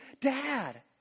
dad